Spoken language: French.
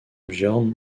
björn